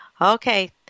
Okay